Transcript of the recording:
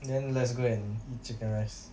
then let's go and eat chicken rice